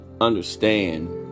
understand